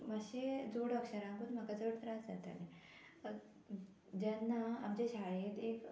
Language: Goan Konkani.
मातशें जोड अक्षराकूच म्हाका चड त्रास जाताले जेन्ना आमच्या शाळेंत एक